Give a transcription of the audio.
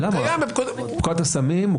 הוא קיים בפקודת הסמים.